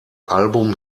album